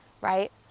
right